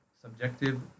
subjective